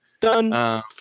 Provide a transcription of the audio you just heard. Done